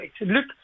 Look